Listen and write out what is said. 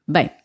Bem